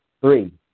three